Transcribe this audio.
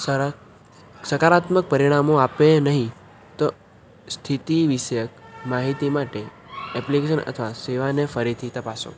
સકારાત્મક પરિણામો આપે નહીં તો સ્થિતિ વિષયક માહિતી માટે એપ્લિકેશન અથવા સેવાને ફરીથી તપાસો